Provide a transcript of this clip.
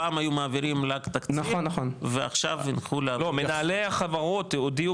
פעם היו מעבירים לתקציב ועכשיו הנחו להעביר --- מנהלי החברות הודיעו